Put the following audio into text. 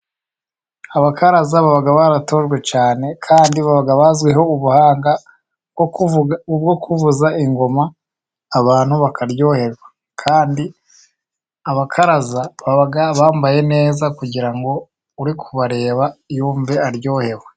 Abakaraza baba baratojwe cyane kandi bazwiho ubuhanga bwo kuvuza ingoma, abantu bakaryoherwa kandi bambaye neza, kugira ngo uri kubareba yumve aryohewe.